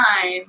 time